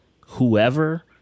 whoever